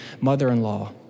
mother-in-law